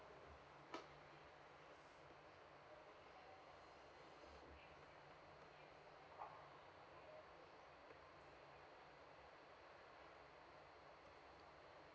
uh uh